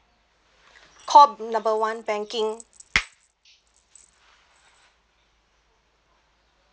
call number one banking